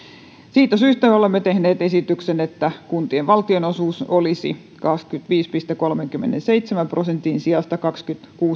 siitä syystä olemme tehneet esityksen että kuntien valtionosuus olisi kahdenkymmenenviiden pilkku kolmenkymmenenseitsemän prosentin sijasta kaksikymmentäkuusi pilkku